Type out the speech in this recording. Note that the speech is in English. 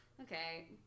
Okay